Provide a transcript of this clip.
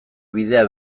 bidea